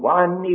one